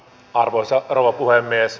arvoisa rouva puhemies